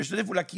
לי יש,